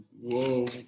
Whoa